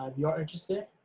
um you are interested